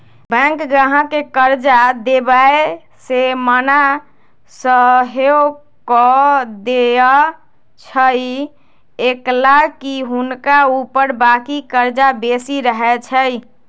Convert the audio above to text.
bank गाहक के कर्जा देबऐ से मना सएहो कऽ देएय छइ कएलाकि हुनका ऊपर बाकी कर्जा बेशी रहै छइ